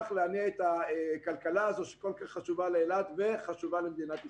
ובכך להניע את הכלכלה הזו שכל כך חשובה לאילת וחשובה למדינת ישראל.